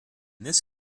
this